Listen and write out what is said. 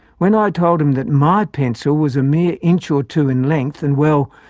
when i told him that my pencil was a mere inch or two in length, and, well,